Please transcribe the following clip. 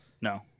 No